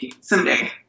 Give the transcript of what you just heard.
Someday